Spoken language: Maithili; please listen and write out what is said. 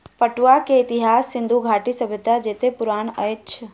पटुआ के इतिहास सिंधु घाटी सभ्यता जेतै पुरान अछि